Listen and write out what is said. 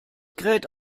kräht